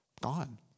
gone